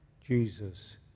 Jesus